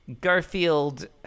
Garfield